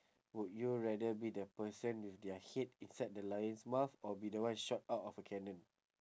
would you rather be the person with their head inside the lion's mouth or be the one shot out of a cannon